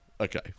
Okay